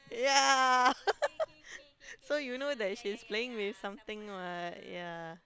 yeah so you know that she's playing with something [what] yeah